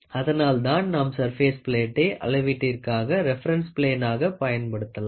அதனால் தான் நாம் சர்பேஸ் பிலேட்டை அளவீட்டிற்காக ரெபெரென்ஸ் பிளேனாக பயன்படுத்தலாம்